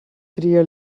tria